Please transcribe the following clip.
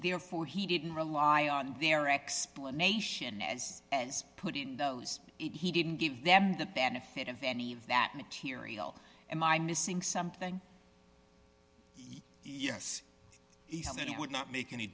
therefore he didn't rely on their explanation as putting those he didn't give them the benefit of any of that material and i'm missing something yes he said that it would not make any